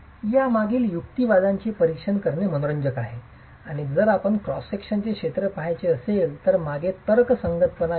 यामागील युक्तिवादाचे परीक्षण करणे मनोरंजक आहे आणि जर आपण क्रॉस सेक्शनचे क्षेत्र पहायचे असेल तर मागे तर्कसंगतपणा येत नाही